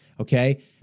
okay